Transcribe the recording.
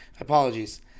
Apologies